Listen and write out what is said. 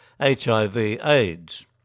HIV-AIDS